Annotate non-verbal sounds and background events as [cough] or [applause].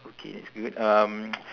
okay that's good um [noise]